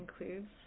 includes